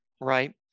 right